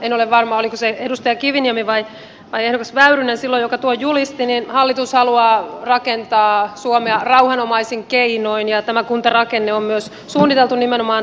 en ole varma oliko se edustaja kiviniemi vai ehdokas väyrynen silloin joka tuon julisti mutta hallitus haluaa rakentaa suomea rauhanomaisin keinoin ja tämä kuntarakenne on myös suunniteltu nimenomaan rauhan ajan tarpeisiin